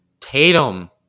Tatum